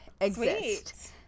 exist